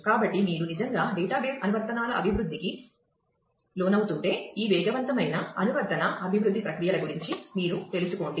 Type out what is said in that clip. కాబట్టి మీరు నిజంగా డేటాబేస్ అనువర్తనాల అభివృద్ధికి లోనవుతుంటే ఈ వేగవంతమైన అనువర్తన అభివృద్ధి ప్రక్రియల గురించి మీరు తెలుసుకోండి